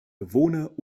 bewohner